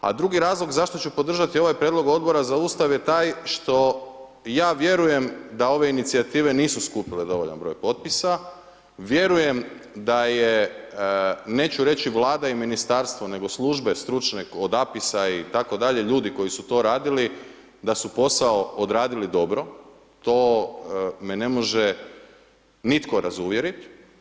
A drugi razlog zašto ću podržati ovaj prijedlog Odbora za Ustav je taj što ja vjerujem da ove inicijative nisu skupile dovoljan broj potpisa, vjerujem da je neću reći Vlada i ministarstvo, nego službe stručne od APIS-a itd., ljudi koji su to radili, da su posao odradili dobro, to me ne može nitko razuvjerit.